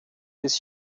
bis